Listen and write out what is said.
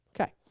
Okay